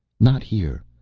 not here.